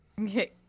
Okay